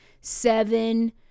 seven